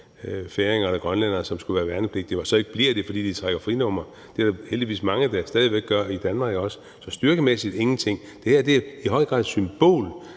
færinger eller grønlændere, som skulle være værnepligtige og så ikke bliver det, fordi de trækker frinummer. Det er der heldigvis mange der stadig væk gør i Danmark. Så styrkemæssigt gør det ingenting. Det her er i høj grad et symbol